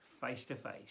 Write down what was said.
face-to-face